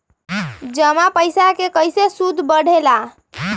जमा पईसा के कइसे सूद बढे ला?